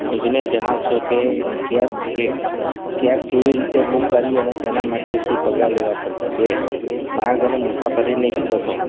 પૂછીને જણાવશો કે કેબ એક કેબ કેવી રીતે બુક કરવી અને તેના માટે શું પગલાં લેવા પડશે બે માર્ગ અને મુસાફરીની વિગતો